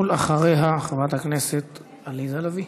ואחריה, חברת הכנסת עליזה לביא.